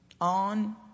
on